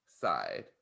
side